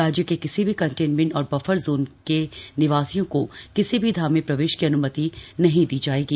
राज्य के किसी भी कंटेनमेंट और बफर जोन के निवासियों को किसी भी धाम में प्रवेश की अन्मित नहीं दी जाएगी